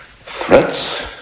threats